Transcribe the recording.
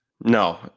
No